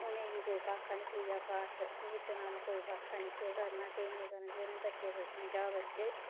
उ'नेंगी कोई भाखा नेईं पूजा पाठ नित नियम कोई भाखा नेईं केह् करना केह् नेईं करना जिनें बच्चे गी कोई समझा कि बच्चे